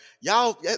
y'all